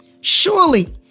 Surely